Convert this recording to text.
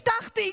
הבטחתי.